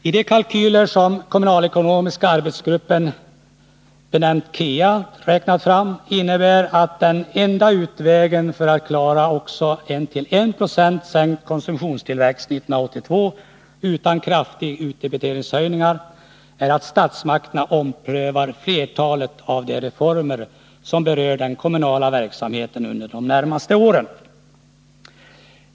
I de kalkyler som kommunalekonomiska arbetsgruppen räknat fram sägs att den enda utvägen för att klara också en till 190 sänkt konsumtionstillväxt 1982 utan kraftiga utdebiteringshöjningar är att statsmakterna omprövar flertalet av de reformer som berör den kommunala verksamheten under de närmaste åren.